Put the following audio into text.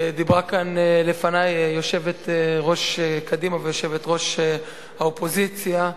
דיברה כאן לפני יושבת-ראש קדימה ויושבת-ראש האופוזיציה.